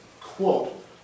quote